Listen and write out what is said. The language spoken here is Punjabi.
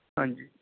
ਹਾਂਜੀ